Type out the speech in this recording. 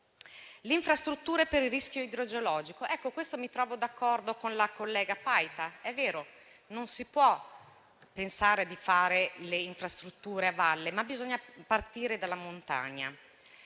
alle infrastrutture per il rischio idrogeologico, mi trovo d'accordo con la collega Paita. È vero, non si può pensare di realizzare le infrastrutture a valle, ma bisogna partire dalla montagna.